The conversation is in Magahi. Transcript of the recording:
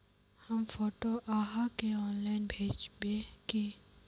हम फोटो आहाँ के ऑनलाइन भेजबे की?